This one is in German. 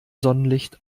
sonnenlicht